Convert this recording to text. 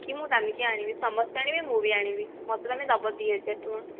କି ମୁଁ ଦାମିକିଆ ଆଣିବି ସମସ୍ତେ ଆଣିବେ ମୁଁ ବି ଆଣିବି ମୋତେ ତୁମେ ଦେବ ଦୁଇ ହଜାର ଟଙ୍କା